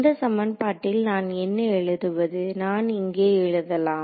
இந்தச் சமன்பாட்டில் நான் என்ன எழுதுவது நான் இங்கே எழுதலாம்